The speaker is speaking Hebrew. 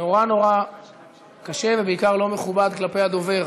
נורא נורא קשה, ובעיקר לא מכובד כלפי הדובר,